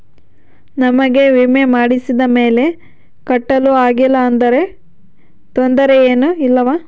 ನಮಗೆ ವಿಮೆ ಮಾಡಿಸಿದ ಮೇಲೆ ಕಟ್ಟಲು ಆಗಿಲ್ಲ ಆದರೆ ತೊಂದರೆ ಏನು ಇಲ್ಲವಾ?